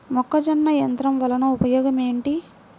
మొక్కజొన్న యంత్రం వలన ఉపయోగము ఏంటి?